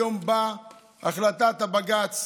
היום באה החלטת בג"ץ